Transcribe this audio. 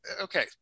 okay